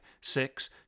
six